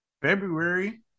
February